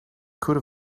could